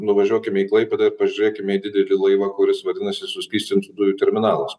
nuvažiuokime į klaipėdą ir pažiūrėkime į didelį laivą kuris vadinasi suskystintų dujų terminalas